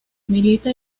milita